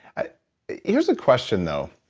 ah here's a question though.